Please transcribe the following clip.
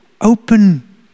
open